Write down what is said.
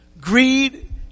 greed